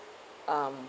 um